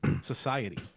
society